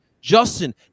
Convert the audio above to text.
Justin